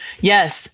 Yes